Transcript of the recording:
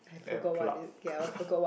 air plug